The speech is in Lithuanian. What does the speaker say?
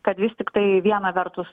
kad vis tiktai viena vertus